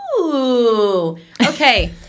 Okay